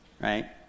Right